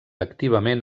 activament